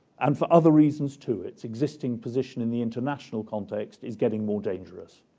and for other reasons too its existing position in the international context is getting more dangerous,